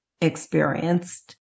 experienced